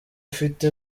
ufite